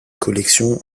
collections